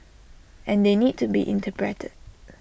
and they need to be interpreted